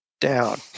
down